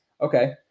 Okay